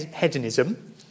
hedonism